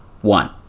one